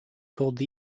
called